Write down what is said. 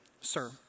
sir